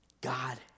God